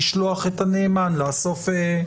לשלוח את הנאמן לאסוף מסמכים.